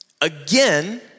again